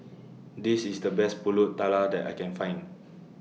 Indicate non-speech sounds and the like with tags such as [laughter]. This IS The [noise] Best Pulut Tatal that I Can Find [noise]